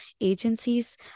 agencies